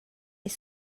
est